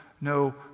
no